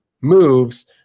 moves